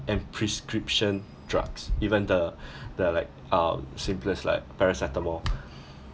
and prescription drugs even the the like um simplest like paracetamol